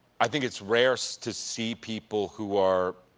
i think it's rare so to see people who are,